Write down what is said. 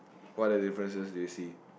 what other differences do you see